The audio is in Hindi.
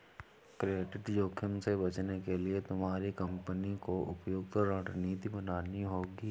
क्रेडिट जोखिम से बचने के लिए तुम्हारी कंपनी को उपयुक्त रणनीति बनानी होगी